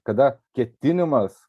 kada ketinimas